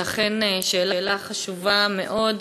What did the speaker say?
זו אכן שאלה חשובה מאוד.